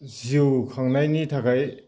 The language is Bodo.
जिउ खांनायनि थाखाय